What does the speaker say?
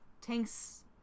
tanks